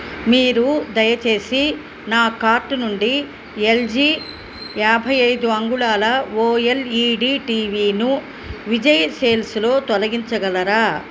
మీరు దయచేసి నా కార్ట్ నుండి ఎల్ జీ యాభై ఐదు అంగుళాల O L E D T వీను విజయ్ సేల్స్లో తొలగించగలరా